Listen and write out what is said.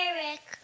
Eric